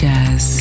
Jazz